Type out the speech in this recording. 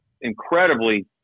incredibly